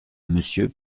monsieur